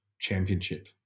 championship